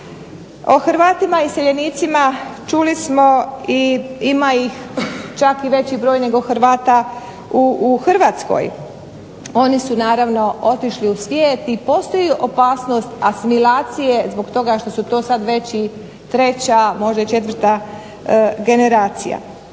O Hrvatima iseljenicima čuli smo i ima ih čak i već broj nego Hrvata u Hrvatskoj. Oni su naravno otišli u svijet i postoji opasnost asimilacije zbog toga što su to već treća možda i četvrta generacija.